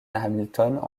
hamilton